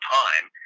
time